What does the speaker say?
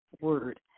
word